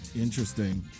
Interesting